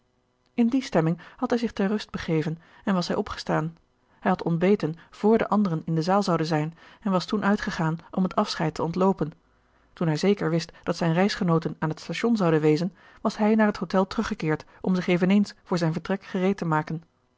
in die stemming had hij zich ter rust begeven en was hij opgestaan hij had ontbeten vr de anderen in de zaal zouden zijn en was toen uitgegaan om het afscheid te ontloopen toen hij zeker wist dat zijne reisgenooten aan het station zouden wezen was hij naar het hotel teruggekeerd om zich eveneens voor zijn vertrek gereed te maken